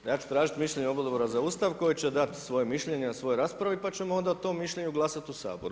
O.k. ja ću tražiti mišljenje Odbora za Ustav koji će dat svoje mišljenje na svojoj raspravi pa ćemo onda o tom mišljenju glasati u Saboru.